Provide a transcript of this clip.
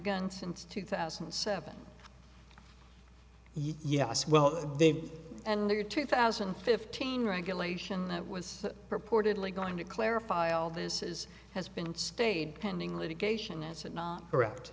gun since two thousand and seven yes well they did and there are two thousand and fifteen regulation that was purportedly going to clarify all this is has been stayed pending litigation is it not correct